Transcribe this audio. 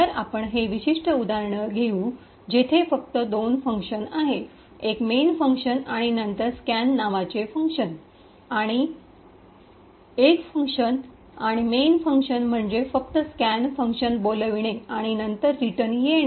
तर आपण हे विशिष्ट उदाहरण घेऊ जेथे फक्त दोन फंक्शन्स आहेत एक मेन फंक्शन आणि नंतर स्कॅन नावाचे आणखी एक फंक्शन आणि मेन फंक्शन म्हणजे फक्त स्कॅन फंक्शन बोलाविणे आणि नंतर रिटर्न येणे